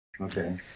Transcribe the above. Okay